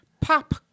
pop